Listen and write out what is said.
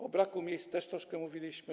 O braku miejsc też troszkę mówiliśmy.